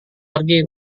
pergi